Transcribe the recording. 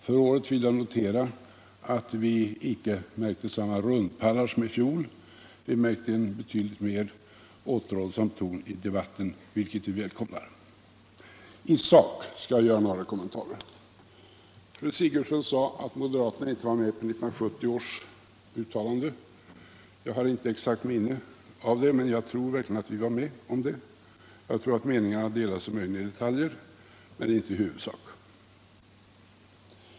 För året vill jag notera att vi icke märkte samma rundpallar som i fjol. Vi märkte en betydligt mer återhållsam ton i debatten. vilket vi välkomnar. I sak skall jag göra några kommentarer. Fru Sigurdsen sade att moderaterna inte var med om 1970 års uttalande. Jag har inte exakt minne av det, men jag tror verkligen att vi var med om det. Jag tror att meningarna möjligen delade sig i detaljer men inte i huvudsak.